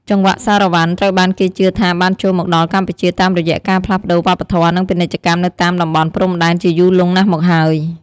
ចង្វាក់សារ៉ាវ៉ាន់ ត្រូវបានគេជឿថាបានចូលមកដល់កម្ពុជាតាមរយៈការផ្លាស់ប្ដូរវប្បធម៌ និងពាណិជ្ជកម្មនៅតាមតំបន់ព្រំដែនជាយូរលង់ណាស់មកហើយ។